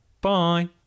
Bye